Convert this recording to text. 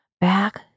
back